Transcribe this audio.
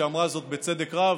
שאמרה זאת בצדק רב: